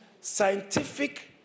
scientific